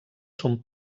son